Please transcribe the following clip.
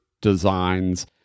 designs